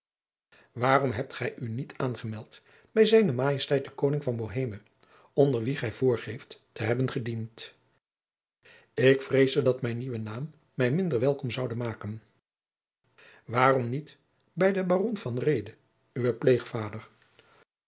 waarom hebt gij u niet aangemeld bij z m den koning van boheme onder wien gij voorgeeft te hebben gediend ik vreesde dat mijn nieuwe naam mij minder welkom zoude maken jacob van lennep de pleegzoon waarom niet bij den baron van reede uwen pleegvader